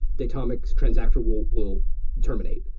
datomic's transactor will will terminate.